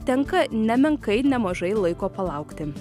tenka nemenkai nemažai laiko palaukti